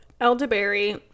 Elderberry